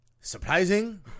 Surprising